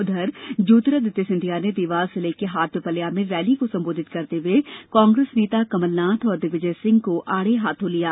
उधर ज्योतिरादित्य सिंधिया ने देवास जिले के हाट पीपल्या में रैली को संबोधित करते हुए कांग्रेस नेता कमलनाथ और दिग्विजय सिंह को आड़े हाथों लिया